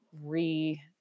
re